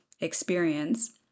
experience